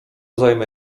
zajmę